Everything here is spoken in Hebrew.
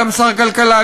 גם שר הכלכלה,